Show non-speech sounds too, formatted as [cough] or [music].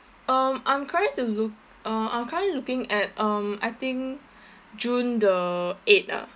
uh I'm currently to look uh I'm currently looking at um I think [breath] june the eight ah